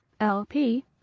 LP